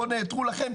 לא נעתרו לכם,